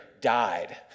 died